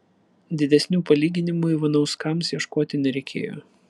didesnių palyginimų ivanauskams ieškoti nereikėjo